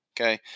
okay